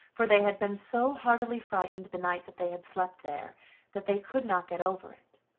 for they had been so heartily frightened the night that they had slept there that they could not get over it,